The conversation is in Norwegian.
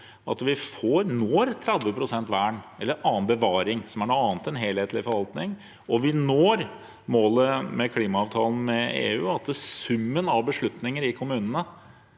pst. vern eller annen bevaring, som er noe annet enn helhetlig forvaltning, at vi når målet med klimaavtalen med EU, og at summen av beslutninger i kommunene